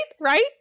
right